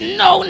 no